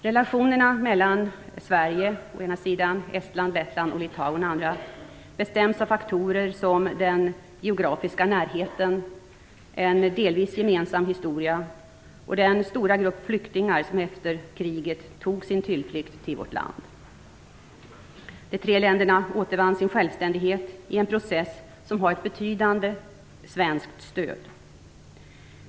Relationerna mellan Sverige å ena sidan och Estland, Lettland och Litauen å den andra bestäms av faktorer som den geografiska närheten, en delvis gemensam historia och den stora grupp flyktingar som efter kriget tog sin tillflykt till vårt land. De tre länderna återvann sin självständighet i en process som har ett betydande svenskt stöd.